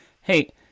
hey